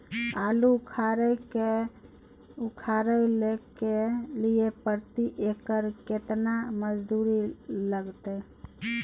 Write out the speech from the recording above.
आलू उखारय के लिये प्रति एकर केतना मजदूरी लागते?